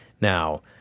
Now